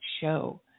show